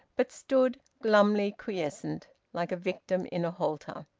but stood glumly quiescent, like a victim in a halter.